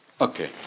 Okay